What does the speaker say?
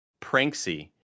Pranksy